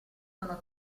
sono